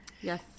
Yes